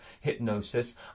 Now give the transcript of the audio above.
hypnosis